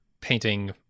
painting